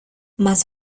más